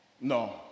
no